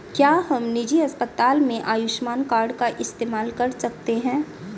क्या हम निजी अस्पताल में आयुष्मान कार्ड का इस्तेमाल कर सकते हैं?